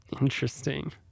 Interesting